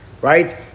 Right